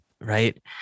right